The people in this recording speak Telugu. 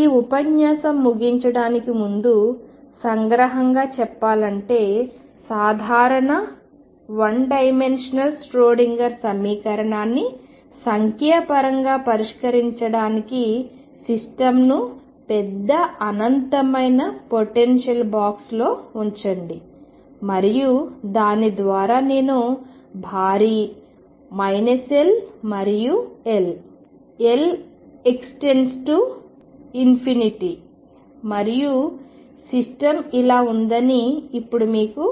ఈ ఉపన్యాసం ముగించడానికి ముందు సంగ్రహంగా చెప్పాలంటే సాధారణ 1 D ష్రోడింగర్ సమీకరణాన్ని సంఖ్యాపరంగా పరిష్కరించడానికి సిస్టమ్ను పెద్ద అనంతమైన పొటెన్షియల్ బాక్స్లో ఉంచండి మరియు దాని ద్వారా నేను భారీ L మరియు L L→∞ మరియు సిస్టమ్ ఇలా ఉందని ఇప్పుడు మీకు